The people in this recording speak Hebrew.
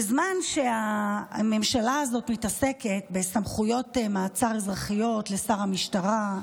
בזמן שהממשלה הזאת מתעסקת בסמכויות מעצר אזרחיות לשר המשטרה,